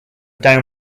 down